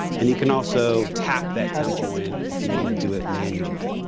and you can also tap that tempo. and if you want to do it manually.